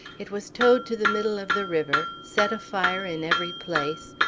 it was towed to the middle of the river, set afire in every place,